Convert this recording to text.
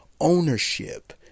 ownership